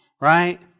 right